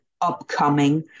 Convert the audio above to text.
upcoming